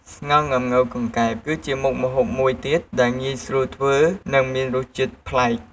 ស្ងោរងាំង៉ូវកង្កែប គឺជាមុខម្ហូបមួយមុខទៀតដែលងាយស្រួលធ្វើ និងមានរសជាតិប្លែក។